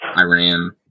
Iran